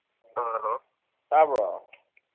ꯑꯥ hello ꯇꯥꯕ꯭ꯔꯣ